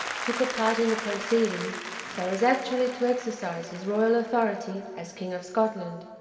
took a part in the proceedings, so as actually to exercise his royal authority as king of scotland.